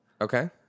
Okay